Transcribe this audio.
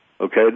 Okay